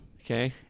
Okay